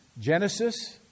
Genesis